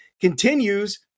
continues